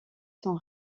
son